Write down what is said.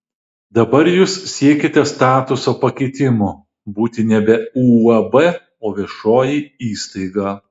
dabar jūs siekiate statuso pakeitimo būti nebe uab o viešoji įstaiga